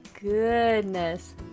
goodness